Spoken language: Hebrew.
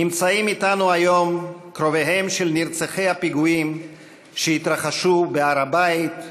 נמצאים איתנו היום קרוביהם של נרצחי הפיגועים שהתרחשו בהר הבית,